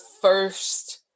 first